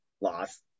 Loss